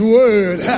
word